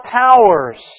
powers